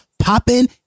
popping